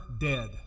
dead